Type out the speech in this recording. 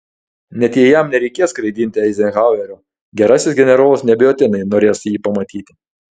net jei jam nereikės skraidinti eizenhauerio gerasis generolas neabejotinai norės jį pamatyti